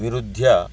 विरुद्ध्य